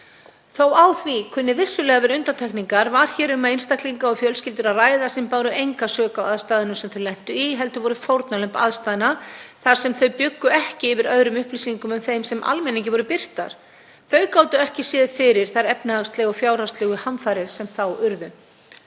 Þótt á því kunni vissulega að vera undantekningar var þar um einstaklinga og fjölskyldur að ræða sem báru enga sök á aðstæðunum sem þau lentu í heldur voru fórnarlömb aðstæðna þar sem þau bjuggu ekki yfir öðrum upplýsingum en þeim sem almenningi voru birtar. Þau gátu ekki séð fyrir þær efnahagslegu, fjárhagslegu hamfarir sem þá urðu.